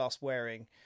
wearing